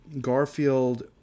Garfield